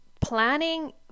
planning